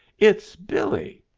it's billee.